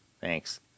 Thanks